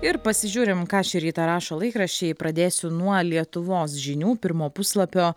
ir pasižiūrim ką šį rytą rašo laikraščiai pradėsiu nuo lietuvos žinių pirmo puslapio